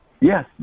Yes